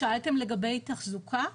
שאלתם לגבי תחזוקה?